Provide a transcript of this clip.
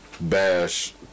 bash